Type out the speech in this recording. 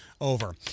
over